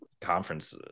conference